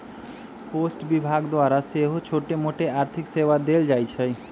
post विभाग द्वारा सेहो छोटमोट आर्थिक सेवा देल जाइ छइ